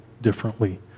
differently